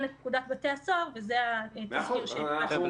את פקודת בתי הסוהר וזה התזכיר שהפצנו.